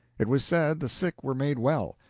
it was said the sick were made well,